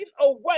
away